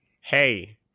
hey